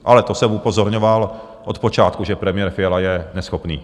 Ale to jsem upozorňoval od počátku, že premiér Fiala je neschopný.